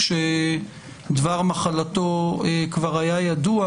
כשדבר מחלתו כבר היה ידוע